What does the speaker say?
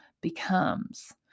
becomes